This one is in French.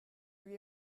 lui